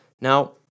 Now